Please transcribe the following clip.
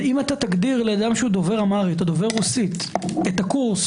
אם תגדיר לאדם שהוא דובר אמהרית או דובר רוסית את הקורס,